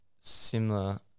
Similar